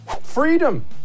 Freedom